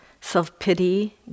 self-pity